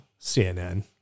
CNN